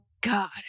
God